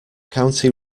county